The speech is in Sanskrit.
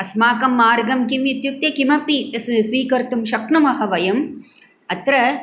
अस्माकं मार्गं किम् इत्युक्ते किमपि स्वीकर्तुं शक्नुमः वयम् अत्र